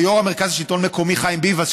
ליו"ר מרכז השלטון המקומי חיים ביבס,